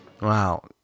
Wow